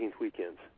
weekends